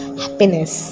happiness